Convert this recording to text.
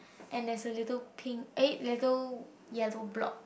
and there's a little pink eh little yellow block